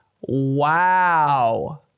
wow